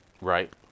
right